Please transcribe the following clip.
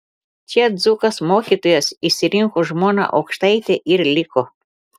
čia dzūkas mokytojas išsirinko žmoną aukštaitę ir liko